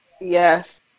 Yes